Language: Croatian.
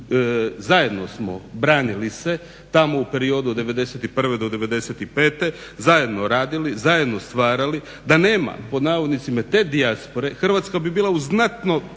zajedno smo branili se tamo u periodu od '91.do 095.zajedno radili, zajedno stvarali, da "nema" te dijaspore Hrvatska bi bila u znatno